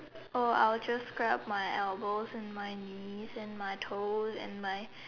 I will just scrub my elbows and my knees and my toes and my